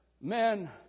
men